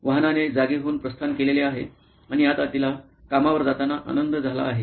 वाहनाने जागेहून प्रस्थान केलेले आहे आणि आता तिला कामावर जाताना आनंद झाला आहे